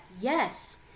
yes